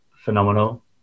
phenomenal